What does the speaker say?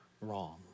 wrong